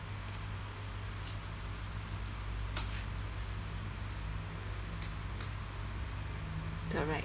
correct